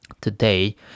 Today